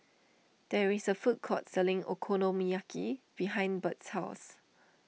there is a food court selling Okonomiyaki behind Birt's house